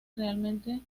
realmente